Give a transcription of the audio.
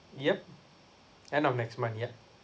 yup end of next month yup